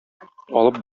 алып